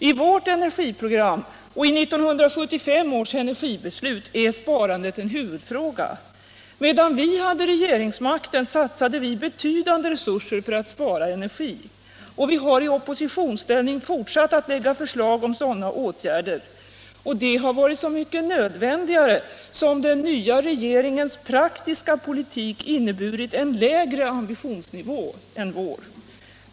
I vårt energiprogram och i 1975 års energibeslut är sparandet en huvudfråga. Medan vi hade regeringsmakten satsade vi betydande resurser för att spara energi. Vi har i oppositionsställning fortsatt att lägga förslag om sådana åtgärder. Det har varit så mycket nödvändigare som den nya regeringens praktiska politik har inneburit en lägre ambitionsnivå än vår.